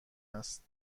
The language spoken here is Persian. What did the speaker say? است